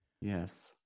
Yes